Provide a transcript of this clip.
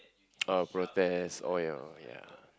oh protest oh ya oh ya